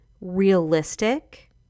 realistic